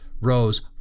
rose